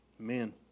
amen